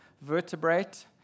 vertebrate